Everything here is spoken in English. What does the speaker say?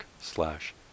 slash